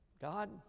God